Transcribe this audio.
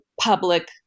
public